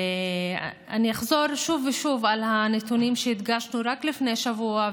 אני אחזור שוב ושוב על הנתונים שהדגשנו רק לפני שבוע,